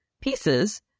pieces